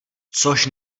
což